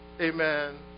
amen